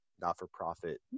not-for-profit